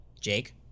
jake